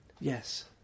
Yes